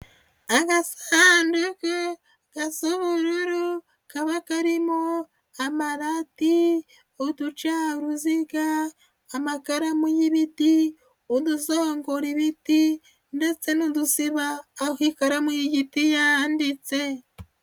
Agasandu gasa ubururu kaba karimo amarati, uduca uruziga, amakaramu y'ibiti, udusongora ibiti ndetse n'udusiba aho ikaramu y'igiti yanditse.